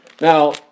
Now